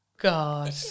God